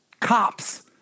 cops